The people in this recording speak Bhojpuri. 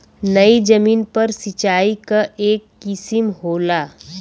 नयी जमीन पर सिंचाई क एक किसिम होला